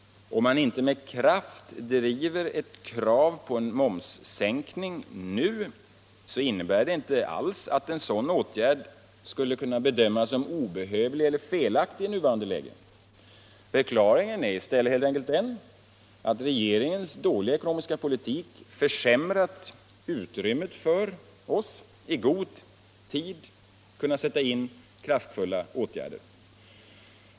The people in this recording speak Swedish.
Om man inte med kraft driver ett krav på en momssänkning nu, så innebär det inte alls att en sådan åtgärd skulle kunna bedömas som obehövlig eller felaktig i nuvarande läge. Förklaringen är i stället helt enkelt den att regeringens dåliga ekonomiska politik försämrat utrymmet för oss att i god tid kunna sätta in kraftfulla åtgärder.